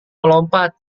melompat